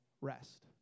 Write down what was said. rest